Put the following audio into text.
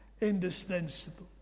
indispensable